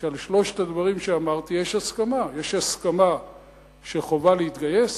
שעל שלושת הדברים שאמרתי יש הסכמה: יש הסכמה שחובה להתגייס,